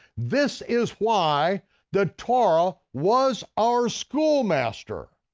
this is why the torah was our schoolmaster,